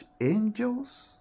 angels